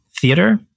theater